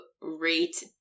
rate